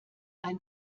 ein